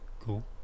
Cool